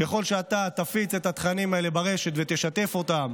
ככל שאתה תפיץ את התכנים האלה ברשת ותשתף אותם,